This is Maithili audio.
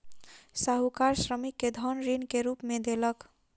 साहूकार श्रमिक के धन ऋण के रूप में देलक